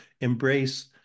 embrace